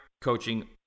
coaching